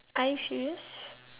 are you furious